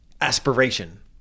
aspiration